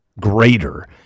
greater